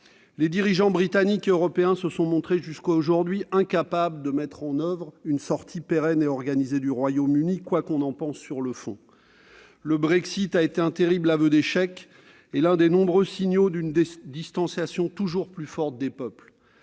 Les dirigeants britanniques et européens se sont jusqu'à présent montrés incapables de mettre en oeuvre une sortie pérenne et organisée du Royaume-Uni, quoi qu'on en pense sur le fond. Le Brexit a été un terrible aveu d'échec, et l'un des nombreux signaux d'une distanciation toujours plus forte des peuples